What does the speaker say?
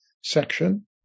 section